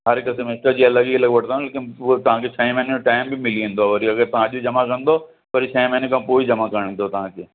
हर हिक सेमेस्टर जी अलॻि ई अलॻि वठदा आहियूं लेकिन हूअ तव्हांखे छह महीने में टाइम बि मिली वेंदव वरी अगरि तव्हां अॼु जमा कदंव भले छह महीने खां पोइ ई जमा करिणी अथव तव्हांखे